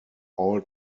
all